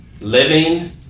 Living